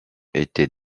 était